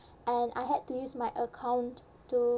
and I had to use my account to